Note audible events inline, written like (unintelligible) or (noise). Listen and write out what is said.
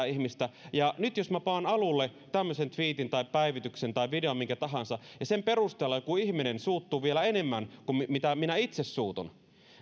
(unintelligible) ihmistä jälleen kerran on vain pakko kysyä että jos minä panen alulle tämmöisen tviitin tai päivityksen tai videon minkä tahansa ja sen perusteella joku ihminen suuttuu vielä enemmän kuin minä itse suutun